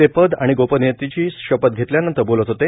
ते पद आणि गोपनियतेची शपथ घेतल्यानंतर बोलत होते